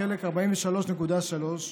בחלק 43.3,